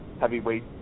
heavyweight